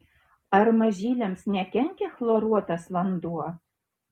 ar mažyliams nekenkia chloruotas vanduo